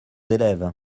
élèves